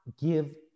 give